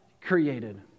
created